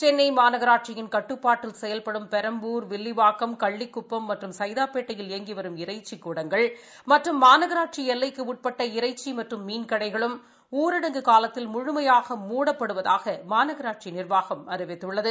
சென்னை மாநகராட்சி கட்டுப்பாட்டில் செயல்படும் பெரம்பூர் வில்லிவாக்கம் கள்ளிக்குப்பம் மற்றும் சைதாப்பேட்டையில் இயங்கி வரும் இறைச்சிக் கூடங்கள் மற்றும் மாநகராட்சி எல்லைக்கு உட்பட்ட இறைச்சி மற்றும் மீன் கடைகளும் ஊரடங்கு காலத்தில் முழுமையாக மூடப்படுவதாக மாநகராட்சி நிர்வாகம் அறிவித்துள்ளது